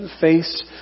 face